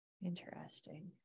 Interesting